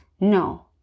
No